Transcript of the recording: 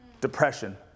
Depression